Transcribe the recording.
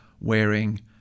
wearing